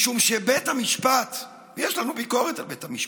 משום שבית המשפט, יש לנו ביקורת על בית המשפט,